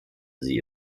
sie